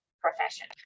profession